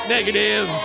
Negative